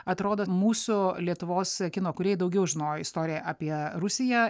atrodo mūsų lietuvos kino kūrėjai daugiau žinojo istoriją apie rusiją